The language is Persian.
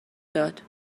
داد